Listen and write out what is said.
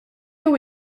jew